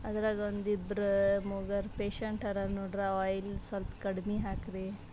ಅದ್ರಾಗ ಒಂದಿಬ್ಬರು ಮುಗರ್ ಪೇಷಂಟ್ ಹರ ನೋಡ್ರಿ ಆಯಿಲ್ ಸ್ವಲ್ಪ್ ಕಡ್ಮೆ ಹಾಕಿರಿ